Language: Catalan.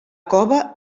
cova